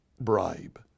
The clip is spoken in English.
bribe